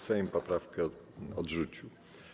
Sejm poprawkę odrzucił.